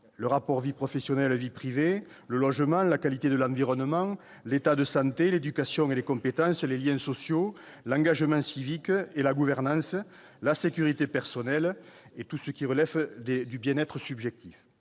le rapport vie professionnelle/vie privée, le logement, la qualité de l'environnement, l'état de santé, l'éducation et les compétences, les liens sociaux, l'engagement civique et la gouvernance, la sécurité personnelle et tout ce qui relève du bien-être subjectif.